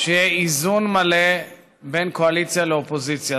שיהיה איזון מלא בין קואליציה לאופוזיציה,